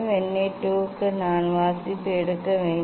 vernier 2 க்கு நான் வாசிப்பு எடுக்க வேண்டும்